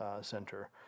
center